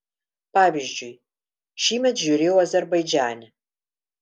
pavyzdžiui šįmet žiūrėjau azerbaidžane